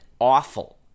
awful